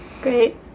Great